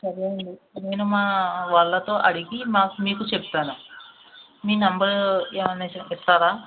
సరే అండి నేను మా వాళ్ళతో అడిగి మాకు మీకు చెప్తాను మీ నంబర్ ఏమైనా చెప్తారా